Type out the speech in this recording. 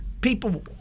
people